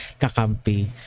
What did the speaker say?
kakampi